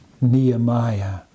Nehemiah